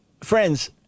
friends